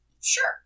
Sure